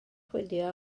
chwilio